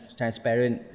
transparent